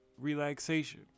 relaxation